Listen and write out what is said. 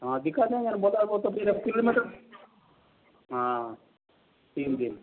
हाँ दिक्कत है अगर बता दो तो फिर आप किलोमीटर है तीन दिन